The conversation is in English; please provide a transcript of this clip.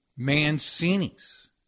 Mancini's